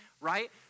right